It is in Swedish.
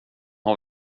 har